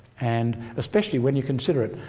and especially when you consider it,